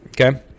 Okay